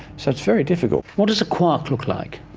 so it's very difficult. what does a quark look like?